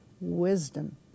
wisdom